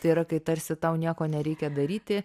tai yra kai tarsi tau nieko nereikia daryti